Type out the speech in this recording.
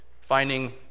finding